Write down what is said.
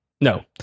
no